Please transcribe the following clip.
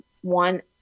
one